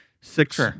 six